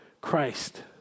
Christ